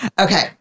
Okay